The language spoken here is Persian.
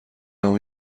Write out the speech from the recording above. اون